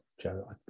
joe